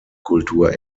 kultur